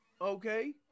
Okay